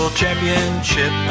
championship